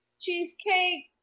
cheesecake